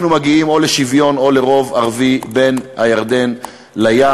אנחנו מגיעים או לשוויון או לרוב ערבי בין הירדן לים,